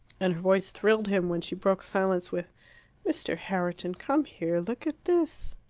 and her voice thrilled him when she broke silence with mr. herriton come here look at this!